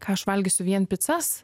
ką aš valgysiu vien picas